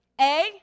A-